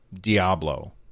Diablo